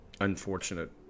unfortunate